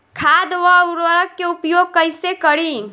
खाद व उर्वरक के उपयोग कइसे करी?